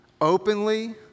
openly